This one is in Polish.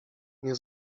nie